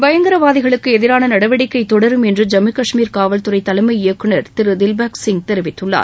பயங்கரவாதிகளுக்கு எதிரான நடவடிக்கை தொடரும் என்று ஜம்மு காஷ்மீர் காவல்துறை தலைமை இயக்குநர் தில்பாக் சிங் தெரிவித்துள்ளார்